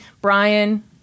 Brian